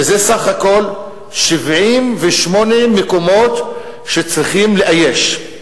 שזה בסך הכול 78 מקומות שצריכים לאייש.